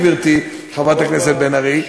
גברתי חברת הכנסת בן ארי,